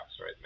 right